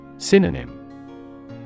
Synonym